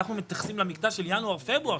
אנחנו מתייחסים למקטע של ינואר-פברואר,